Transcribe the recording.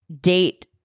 date